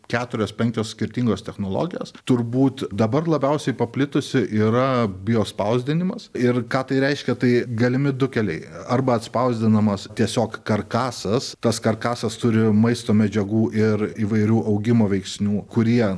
keturios penkios skirtingos technologijos turbūt dabar labiausiai paplitusi yra biospausdinimas ir ką tai reiškia tai galimi du keliai arba atspausdinamas tiesiog karkasas tas karkasas turi maisto medžiagų ir įvairių augimo veiksnių kurie